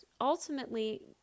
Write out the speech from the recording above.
ultimately